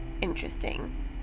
interesting